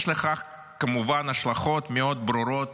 יש לכך כמובן השלכות מאוד ברורות